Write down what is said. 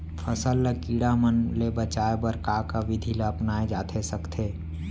फसल ल कीड़ा मन ले बचाये बर का का विधि ल अपनाये जाथे सकथे?